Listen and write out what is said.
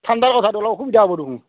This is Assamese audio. ঠাণ্ডাৰ কথাতো অলপ অসুবিধা হ'ব দেখোন